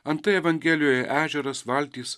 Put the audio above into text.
antai evangelijoje ežeras valtys